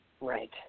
Right